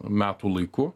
metų laiku